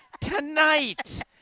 Tonight